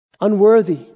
Unworthy